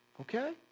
Okay